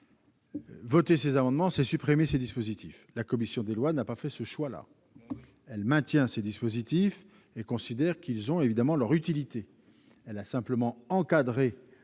Voter ces amendements, c'est supprimer ces dispositifs. La commission des lois n'a pas fait ces choix-là. Elle maintient ces dispositifs, considérant qu'ils ont leur utilité. Elle les a simplement encadrés,